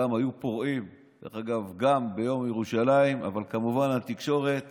היו פורעים גם ביום ירושלים, אבל כמובן שהתקשורת